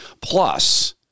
Plus